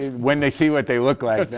when they see what they look like,